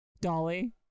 dolly